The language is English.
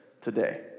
today